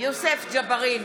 יוסף ג'בארין,